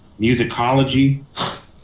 musicology